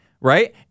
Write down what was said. right